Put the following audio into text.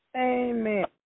Amen